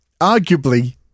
arguably